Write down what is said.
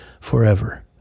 forever